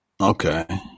okay